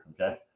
Okay